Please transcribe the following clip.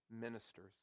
ministers